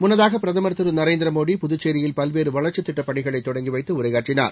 முன்னதாக பிரதமர் திரு நரேந்திர மோடி புதுச்சோயில் பல்வேறு வளர்ச்சித் திட்டப் பணிகளை தொடங்கி வைத்து உரையாற்றினார்